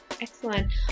excellent